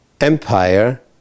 empire